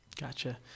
Gotcha